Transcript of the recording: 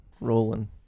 rolling